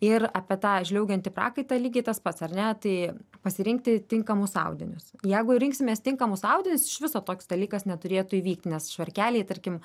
ir apie tą žliaugiantį prakaitą lygiai tas pats ar ne tai pasirinkti tinkamus audinius jeigu rinksimės tinkamus audinius iš viso toks dalykas neturėtų įvykt nes švarkeliai tarkim